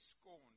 scorned